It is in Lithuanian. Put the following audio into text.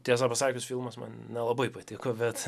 tiesą pasakius filmas man nelabai patiko bet